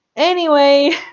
anyway,